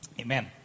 Amen